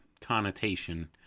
connotation